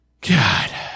God